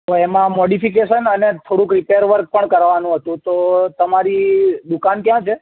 તો એમાં મોડિફિકેશન અને થોડુંક રિપેર વર્ક પણ કરવાનું હતું તો તમારી દુકાન ક્યાં છે